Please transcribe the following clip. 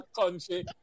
country